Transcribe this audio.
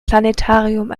planetarium